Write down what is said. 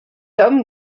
homme